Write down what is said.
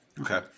okay